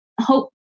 hope